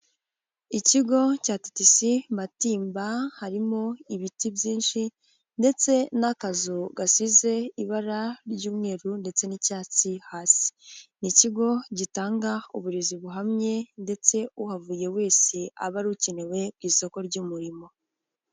Ikigo cya TTC Matimba, harimo ibiti byinshi ndetse n'akazu gasize ibara ry'umweru ndetse n'icyatsi hasi, ni ikigo gitanga uburezi buhamye ndetse uhavuye wese aba a ukenewe, ku isoko ry'umurimo.